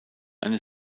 eine